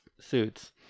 suits